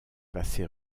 passé